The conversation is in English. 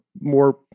more